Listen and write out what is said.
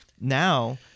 now